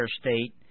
state